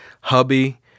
Hubby